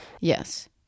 Yes